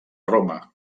roma